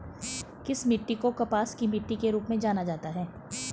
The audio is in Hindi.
किस मिट्टी को कपास की मिट्टी के रूप में जाना जाता है?